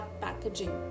packaging